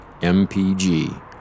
MPG